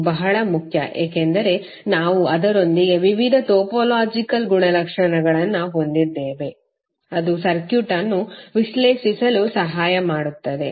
ಇದು ಬಹಳ ಮುಖ್ಯ ಏಕೆಂದರೆ ನಾವು ಅದರೊಂದಿಗೆ ವಿವಿಧ ಟೊಪೊಲಾಜಿಕಲ್ ಗುಣಲಕ್ಷಣಗಳನ್ನು ಹೊಂದಿದ್ದೇವೆ ಅದು ಸರ್ಕ್ಯೂಟ್ ಅನ್ನು ವಿಶ್ಲೇಷಿಸಲು ಸಹಾಯ ಮಾಡುತ್ತದೆ